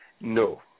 No